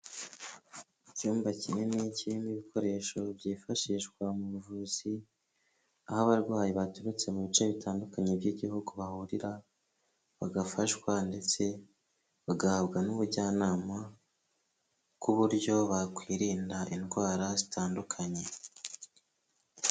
Icyumba kinini kirimo ibikoresho byifashishwa mu buvuzi, aho abarwayi baturutse mu bice bitandukanye by'igihugu bahurira, bagafashwa ndetse bagahabwa n'ubujyanama, ku buryo bakwirinda indwara zitandukanye.